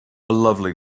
lovely